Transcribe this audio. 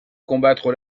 combattre